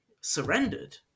surrendered